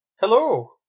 Hello